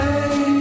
Hey